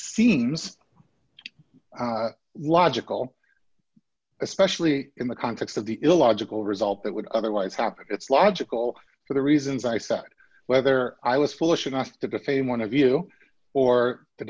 seems logical especially in the context of the illogical result that would otherwise happen it's logical for the reasons i said whether i was foolish enough to defame one of you or the